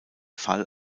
fall